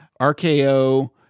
RKO